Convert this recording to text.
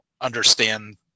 understand